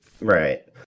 right